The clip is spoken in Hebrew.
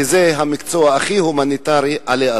כי זה המקצוע הכי הומניטרי עלי אדמות.